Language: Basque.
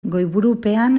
goiburupean